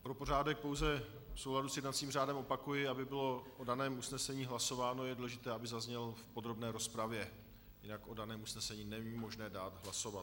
Pro pořádek pouze v souladu s jednacím řádem opakuji: aby bylo o daném usnesení hlasováno, je důležité, aby zaznělo v podrobné rozpravě, jinak o daném usnesení není možné dát hlasovat.